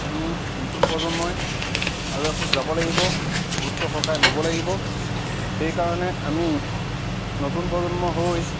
আমি নতুন প্ৰজন্মই আৰু এখুজ যাব লাগিব গুৰুত্ব সহকাৰে ল'ব লাগিব সেইকাৰণে আমি নতুন প্ৰজন্ম হৈ